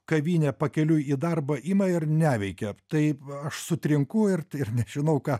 kavinė pakeliui į darbą ima ir neveikia tai aš sutrinku ir ir nežinau ką